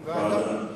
ועדה.